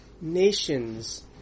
nations